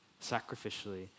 sacrificially